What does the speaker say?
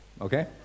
okay